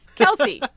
kelsey,